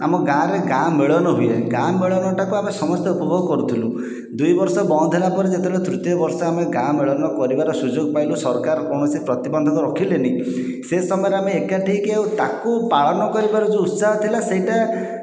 ଆମ ଗାଁରେ ଗାଁ ମେଳନ ହୁଏ ଗାଁ ମେଳନଟାକୁ ଆମେ ସମସ୍ତେ ଉପଭୋଗ କରୁଥିଲୁ ଦୁଇ ବର୍ଷ ବନ୍ଦ ହେଲା ପରେ ଯେତବେଳେ ତୃତୀୟ ବର୍ଷ ଆମେ ଗାଁ ମେଳନ କରିବାର ସୁଯୋଗ ପାଇଲୁ ସରକାର କୌଣସି ପ୍ରତିବନ୍ଧକ ରଖିଲେନି ସେ ସମୟରେ ଆମେ ଏକାଠି ହୋଇକି ତାକୁ ପାଳନ କରିବାର ଯେଉଁ ଉତ୍ସାହ ଥିଲା ସେଇଟା